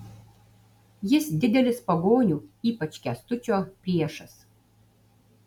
jis didelis pagonių ypač kęstučio priešas